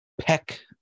peck